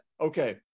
okay